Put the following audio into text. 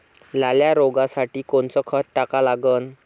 लाल्या रोगासाठी कोनचं खत टाका लागन?